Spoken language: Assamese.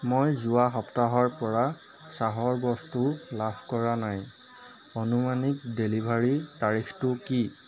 মই যোৱা সপ্তাহৰ পৰা চাহৰ বস্তু লাভ কৰা নাই আনুমানিক ডেলিভাৰীৰ তাৰিখটো কি